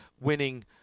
winning